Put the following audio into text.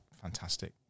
fantastic